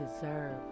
deserve